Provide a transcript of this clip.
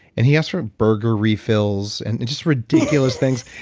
and he asked for burger refills and just ridiculous things